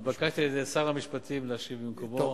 נתבקשתי על-ידי שר המשפטים להשיב במקומו.